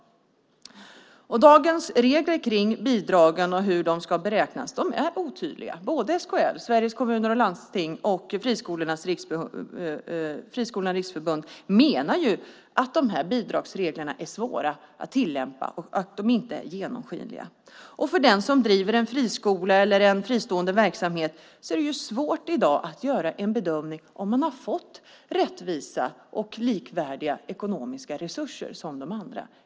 Dagens regler för bidragen och hur de ska beräknas är otydliga. Både SKL, Sveriges Kommuner och Landsting, och Friskolornas riksförbund, menar att bidragsreglerna är svåra att tillämpa och att de inte är genomskinliga. För den som driver en friskola eller en fristående verksamhet är det svårt i dag att göra en bedömning av om man har fått ekonomiska resurser som är rättvisa och likvärdiga de andras.